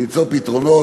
וימצאו פתרונות,